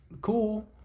cool